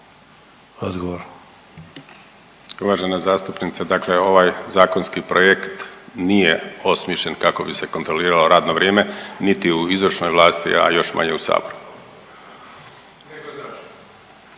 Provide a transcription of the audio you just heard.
Juro** Uvažena zastupnice, dakle ovaj zakonski projekt nije osmišljen kako bi se kontroliralo radno vrijeme niti u izvršnoj vlasti, a još manje u Saboru. …/Upadica